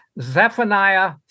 Zephaniah